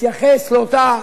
להתייחס לאותה